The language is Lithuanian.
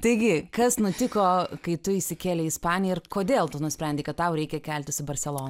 taigi kas nutiko kai tu įsikėlei į ispaniją ir kodėl tu nusprendei kad tau reikia keltis į barseloną